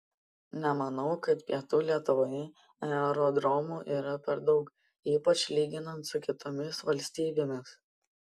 nemanau kad pietų lietuvoje aerodromų yra per daug ypač lyginant su kitomis valstybėmis